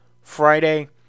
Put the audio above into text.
Friday